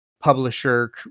publisher